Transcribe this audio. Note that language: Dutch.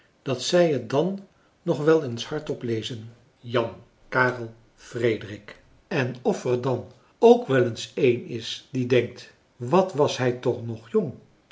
dat zij het dan nog wel eens hardop lezen jan karel frederik en of er dan ook wel eens een is die denkt wat was hij toch nog jong